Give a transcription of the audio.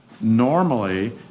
normally